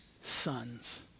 sons